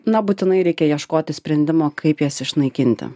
na būtinai reikia ieškoti sprendimo kaip jas išnaikinti